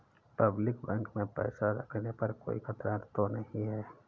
Public bank में पैसा रखने पर कोई खतरा तो नहीं है?